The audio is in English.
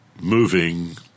moving